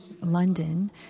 London